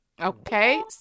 Okay